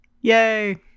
Yay